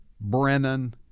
Brennan